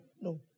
No